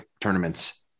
tournaments